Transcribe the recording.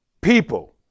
people